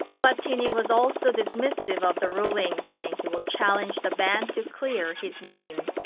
platini was also dismissive of the ruling, saying he will challenge the ban to clear his name.